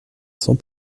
cents